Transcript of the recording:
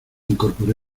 incorporé